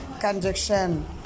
conjunction